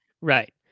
Right